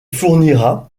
fournira